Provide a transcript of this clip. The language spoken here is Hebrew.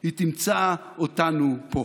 היא תמצא אותנו פה.